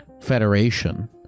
federation